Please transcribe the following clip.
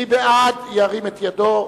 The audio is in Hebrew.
מי בעד, ירים את ידו.